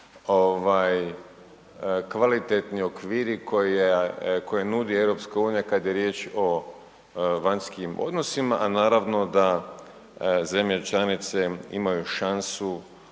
kvalitetni okviri koje nudi EU kada je riječ o vanjskim odnosima, a naravno da zemlje članice imaju šansu